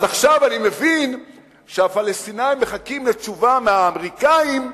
אז עכשיו אני מבין שהפלסטינים מחכים לתשובה מהאמריקנים,